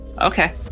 Okay